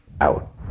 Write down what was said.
out